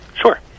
sure